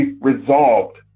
resolved